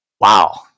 wow